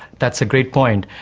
that's a great point.